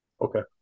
Okay